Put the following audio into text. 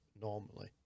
normally